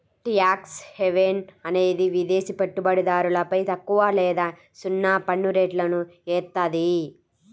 tax haven అనేది విదేశి పెట్టుబడిదారులపై తక్కువ లేదా సున్నా పన్నురేట్లను ఏత్తాది